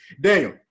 Daniel